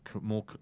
more